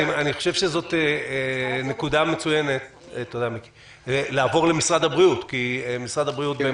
אני חושב שזאת נקודה מצוינת לעבור למשרד הבריאות כי משרד הבריאות,